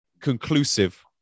conclusive